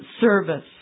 service